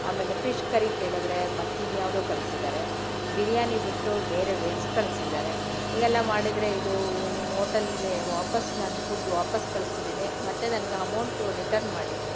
ಆಮೇಲೆ fish curry ಕೇಳಿದ್ರೆ ಮತ್ತಿನ್ಯಾವುದೋ ಕಳ್ಸಿದ್ದಾರೆ ಬಿರ್ಯಾನಿ ಬಿಟ್ಟು ಬೇರೆ ವೆಜ್ ಕಳ್ಸಿದ್ದಾರೆ ಹೀಗೆಲ್ಲ ಮಾಡಿದರೆ ಇದು ನಿಮ್ಮ ಓಟಲ್ಗೆ ವಾಪಸ್ ನಾನು ಫುಡ್ ವಾಪಸ್ ಕಳ್ಸಿದ್ದೀನಿ ಮತ್ತು ನನಗೆ ಅಮೌಂಟು ರಿಟರ್ನ್ ಮಾಡಿ